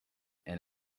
and